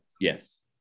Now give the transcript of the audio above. Yes